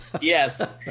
Yes